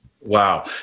Wow